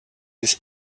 this